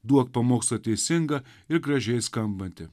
duok pamokslą teisingą ir gražiai skambantį